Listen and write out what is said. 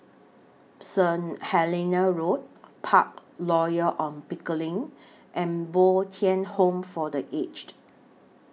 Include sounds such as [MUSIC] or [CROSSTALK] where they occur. Saint Helena Road Park [NOISE] Royal on Pickering and Bo Tien Home For The Aged